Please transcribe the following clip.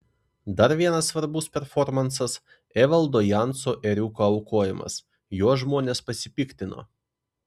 dar vienas svarbus performansas evaldo janso ėriuko aukojimas juo žmonės pasipiktino